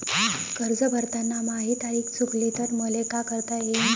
कर्ज भरताना माही तारीख चुकली तर मले का करता येईन?